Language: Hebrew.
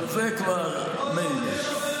אבל זה כבר מילא.